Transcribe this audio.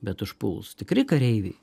bet užpuls tikri kareiviai